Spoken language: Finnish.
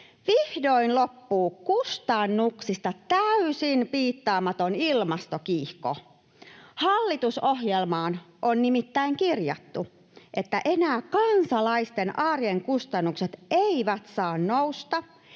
Vihdoin loppuu kustannuksista täysin piittaamaton ilmastokiihko. Hallitusohjelmaan on nimittäin kirjattu, että enää kansalaisten arjen kustannukset eivät saa nousta